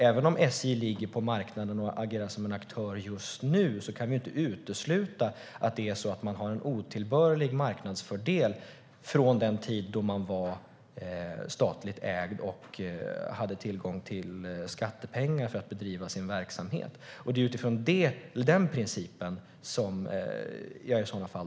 Även om SJ ligger på marknaden och agerar som en aktör just nu kan vi inte utesluta att man har en otillbörlig marknadsfördel från den tid då man var statligt ägd och hade tillgång till skattepengar för att bedriva sin verksamhet. Det är utifrån den principen som jag talar.